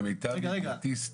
למיטב ידיעתי,